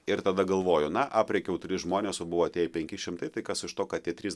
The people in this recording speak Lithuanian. ir tada galvoju na aprėkiau tris žmonės o buvo atėję penki šimtai tai kas iš to kad tie trys